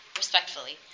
respectfully